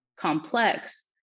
complex